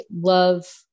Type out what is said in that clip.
love